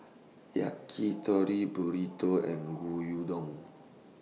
Yakitori Burrito and Gyudon